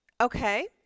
Okay